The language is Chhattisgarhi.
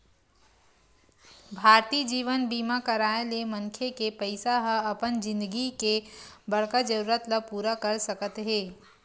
भारतीय जीवन बीमा कराय ले मनखे के पइसा ह अपन जिनगी के बड़का जरूरत ल पूरा कर सकत हे